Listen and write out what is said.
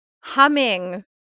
Humming